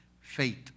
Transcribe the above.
faith